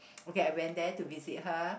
okay I went there to visit her